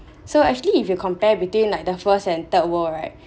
so actually if you compare between like the first and third world right